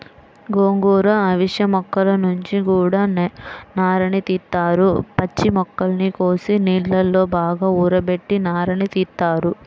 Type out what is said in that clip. గోంగూర, అవిశ మొక్కల నుంచి గూడా నారని తీత్తారు, పచ్చి మొక్కల్ని కోసి నీళ్ళలో బాగా ఊరబెట్టి నారని తీత్తారు